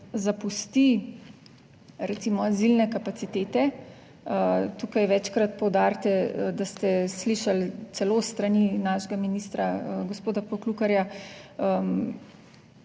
zapusti recimo azilne kapacitete. Tukaj večkrat poudarite, da ste slišali celo s strani našega ministra, gospoda Poklukarja,